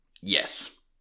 yes